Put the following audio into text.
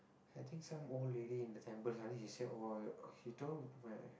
I think some old lady in the temple suddenly she say oh he told my